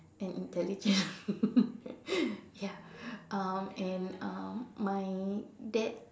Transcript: and intelligent ya um and um my dad